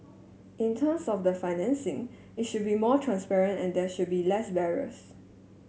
in terms of the financing it should be more transparent and there should be less barriers